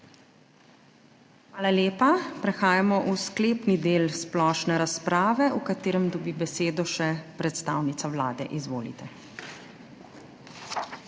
Hvala lepa. Prehajamo v sklepni del splošne razprave, v katerem dobi besedo še predstavnica Vlade. Izvolite.